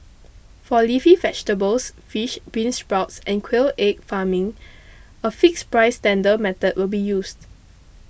for leafy vegetables fish beansprouts and quail egg farming a fixed price tender method will be used